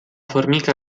formica